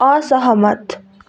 असहमत